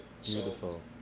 Beautiful